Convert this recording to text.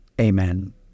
amen